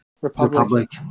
Republic